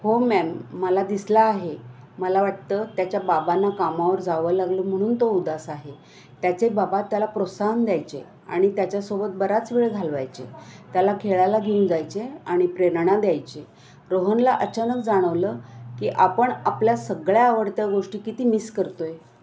हो मॅम मला दिसला आहे मला वाटतं त्याच्या बाबांना कामावर जावं लागलं म्हणून तो उदास आहे त्याचे बाबा त्याला प्रोत्साहन द्यायचे आणि त्याच्यासोबत बराच वेळ घालवायचे त्याला खेळायला घेऊन जायचे आणि प्रेरणा द्यायचे रोहनला अचानक जाणवलं की आपण आपल्या सगळ्या आवडत्या गोष्टी किती मिस करतो आहे